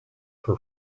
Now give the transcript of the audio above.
her